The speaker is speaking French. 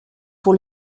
pour